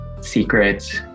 secrets